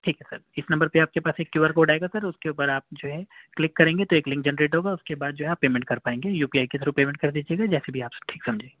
ٹھیک ہے سر اِس نمبر پہ آپ کے پاس ایک کیو آر کوڈ آئے گا سر اُس کے اُوپر آپ جو ہے کلک کریں گے تو ایک لنک جنریٹ ہوگا اُس کے بعد جو ہے آپ پیمینٹ کر پائیں گے یو پی آئی کے تھرو پیمینٹ کر دیجیے گا یا جیسے بھی آپ ٹھیک سمجھیں